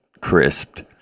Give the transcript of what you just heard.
crisped